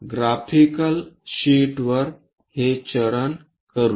graphical शीटवर हे चरण करू